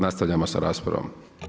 Nastavljamo sa raspravom.